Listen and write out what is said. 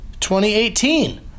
2018